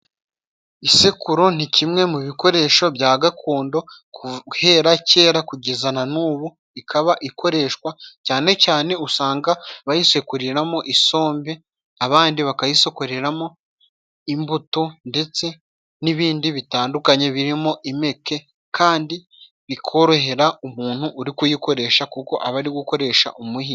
Isekuru ni kimwe mu bikoresho bya gakondo guhera kera kugeza na nubu ikaba ikoreshwa cyane cyane usanga bayisekuriramo isombe abandi bakayisokoreramo imbuto ndetse n'ibindi bitandukanye birimo imeke kandi bikorohera umuntu uri kuyikoresha kuko aba ari gukoresha umuhini.